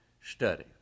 study